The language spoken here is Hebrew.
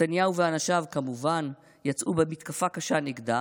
נתניהו ואנשיו כמובן יצאו במתקפה קשה נגדה